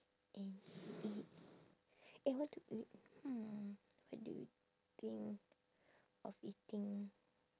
and eat eh what to eat hmm what do you think of eating